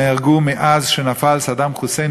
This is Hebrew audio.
נהרגו מאז נפל סדאם חוסיין,